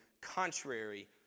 contrary